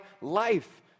life